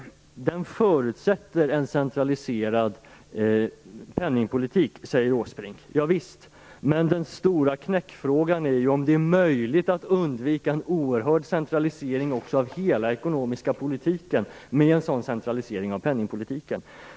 Den förutsätter en centraliserad penningpolitik, säger Åsbrink. Javisst, men den stora knäckfrågan är ju om det är möjligt att undvika en oerhörd centralisering också av hela den ekonomiska politiken med en sådan centralisering av penningpolitiken.